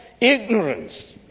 ignorance